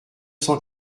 cent